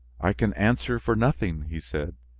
i can answer for nothing, he said,